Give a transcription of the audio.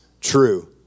true